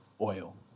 oil